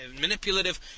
manipulative